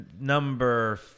number